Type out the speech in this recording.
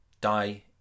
Die